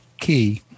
key